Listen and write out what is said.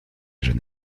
jeune